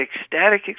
ecstatic